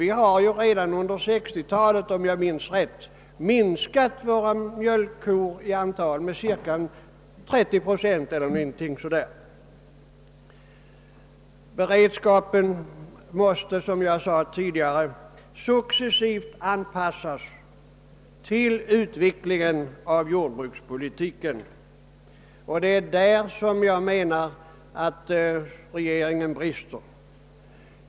Vi har ju redan under 1960-talet — om jag minns rätt — minskat antalet mjölkkor med cirka 30 procent. Beredskapen måste — som jag redan framhållit — successivt anpassas till utvecklingen av jordbrukspolitiken. Det är på den punkten jag menar att regeringen brister.